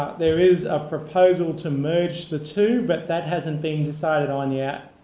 there is a proposal to merge the two, but that hasn't been decided on yet.